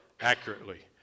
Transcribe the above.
accurately